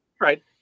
right